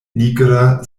nigra